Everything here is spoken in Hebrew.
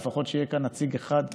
לפחות שיהיה נציג אחד מהממשלה.